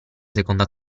seconda